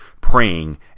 Praying